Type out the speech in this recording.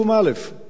שביצעו אותה.